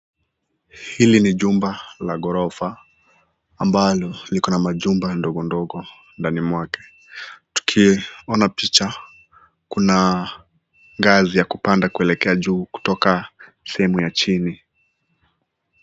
Hili ni jumba la ghorofa ambalo liko na majumba ndogo ndogo ndani mwake . Tukiona picha kuna ngazi ya kupanda kuelekea juu kutoka sehemu ya chini.